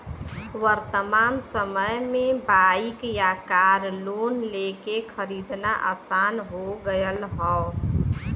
वर्तमान समय में बाइक या कार लोन लेके खरीदना आसान हो गयल हौ